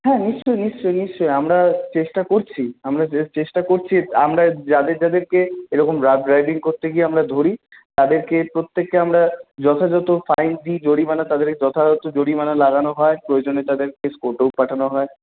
হ্যাঁ নিশ্চয় নিশ্চয় নিশ্চয় আমরা চেষ্টা করছি আমরা চেষ্টা করছি আমরা যাদের যাদেরকে এইরকম রাফ ড্রাইভিং করতে গিয়ে আমরা ধরি তাদেরকে প্রত্যেককে আমরা যথাযথ ফাইন দি জরিমানা তাদের যথাযথ জরিমানা লাগানো হয় প্রয়োজনে তাদেরকে কোর্টেও পাঠানো হয়